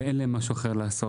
ואין להם משהו לעשות,